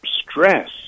stress